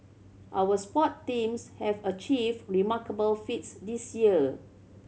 our sport teams have achieved remarkable feats this year